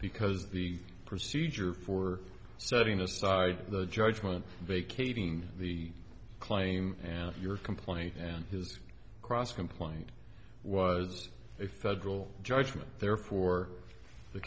because the procedure for setting aside the judgment vacating the claim and if your complaint and his cross complaint was a federal judge me therefore the